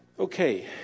Okay